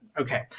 okay